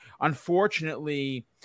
unfortunately